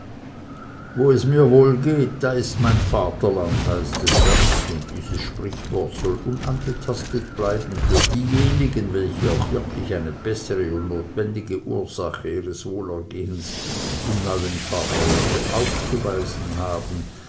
wo es mir wohl geht da ist mein vaterland heißt es sonst und dieses sprichwort soll unangetastet bleiben für diejenigen welche auch wirklich eine bessere und notwendige ursache ihres wohlergehens im neuen vaterlande aufzuweisen haben